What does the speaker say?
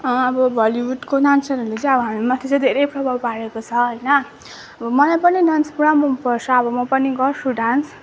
अब बलिवुडको डान्सरहरूले चाहिँ हामीमाथि चाहिँ धेरै प्रभाव पारेको छ होइन मलाई पनि डान्स पुरा मन पर्छ अब म पनि गर्छु डान्स